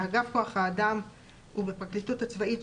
באגף כח האדם ובפרקליטות הצבאית,